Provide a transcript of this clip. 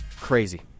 Crazy